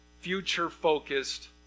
future-focused